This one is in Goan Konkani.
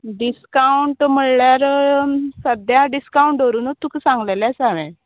डिस्कावंट म्हळ्ळ्यार सद्द्या डिस्कावंट धरुनूत तुका सांगलेलें आसा हांवें